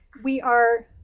we are,